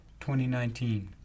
2019